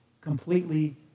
completely